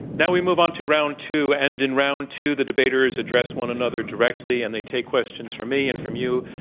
now we move on to round two and in round two the debaters address one another directly and they take questions from me and from you,